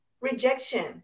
rejection